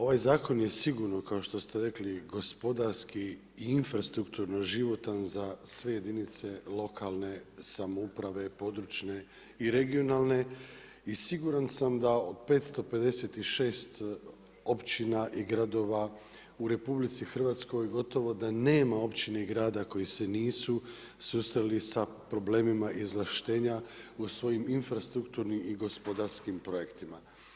Ovaj zakon je sigurno kao što ste rekli gospodarski i infrastrukturno životan za sve jedinice lokalne samouprave, područne i regionalne i siguran sam da od 556 općina i gradova u Republici Hrvatskoj gotovo da nema općine i grada koji se nisu susreli sa problemima izvlaštenja u svojim infrastrukturnim i gospodarskim projektima.